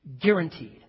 guaranteed